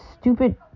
stupid